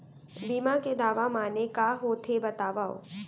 बीमा के दावा माने का होथे बतावव?